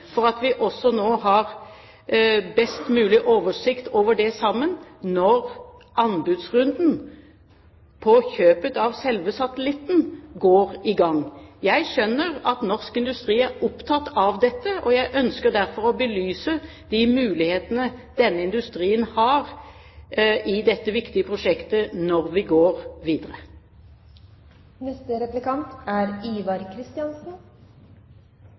at vi har best mulig oversikt over den når anbudsrunden på kjøpet av selve satellitten går i gang. Jeg skjønner at norsk industri er opptatt av dette, og jeg ønsker derfor å belyse de mulighetene denne industrien har i dette viktige prosjektet når vi går